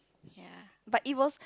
ya but it was